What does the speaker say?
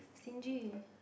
stingy